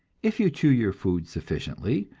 if you chew your food sufficiently,